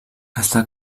està